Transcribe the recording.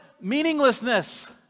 meaninglessness